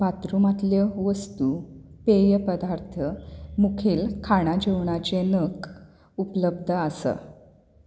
बाथ्रूमांतल्यो वस्तू पेय पदार्थ मुखेल खाणां जेवणाचें नग उपलब्ध आसा